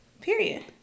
Period